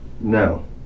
no